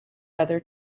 other